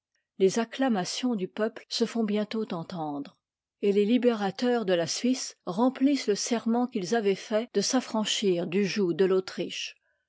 les acclamations du peuple se font bientôt entendre et les libérateurs de la suisse remplissent le serment qu'ils avaient fait de s'affranchir du joug de l'autriche